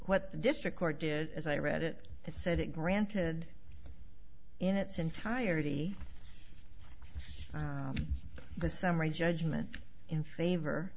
what the district court did as i read it that said it granted in its entirety the summary judgment in favor